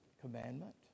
commandment